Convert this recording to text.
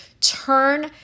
turn